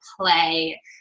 play